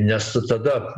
nes tada